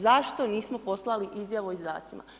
Zašto nismo poslali Izjavu o izdacima?